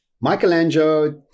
Michelangelo